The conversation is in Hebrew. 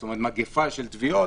כלומר מגיפה של תביעות.